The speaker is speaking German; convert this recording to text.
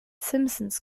simpsons